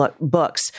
books